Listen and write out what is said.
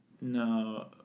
No